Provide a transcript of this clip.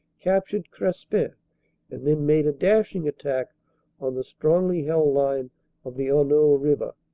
captured crespin and then made a dash ing attack on the strongly held line of the honneau river,